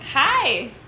Hi